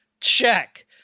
check